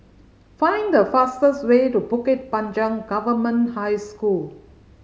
find the fastest way to Bukit Panjang Government High School